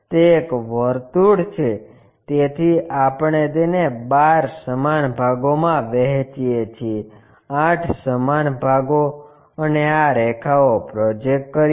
તે એક વર્તુળ છે તેથી આપણે તેને 12 સમાન ભાગોમાં વહેંચીએ છીએ 8 સમાન ભાગો અને આ રેખાઓ પ્રોજેક્ટ કરીએ